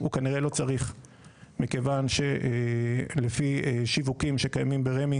הוא כנראה לא צריך מכיוון שלפי שיווקים שקיימים ברמ"י